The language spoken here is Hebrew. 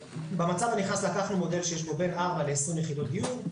במצב הנכנס לקחנו מודל שיש בו בין ארבע ל-20 יחידות דיור,